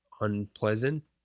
unpleasant